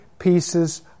Pieces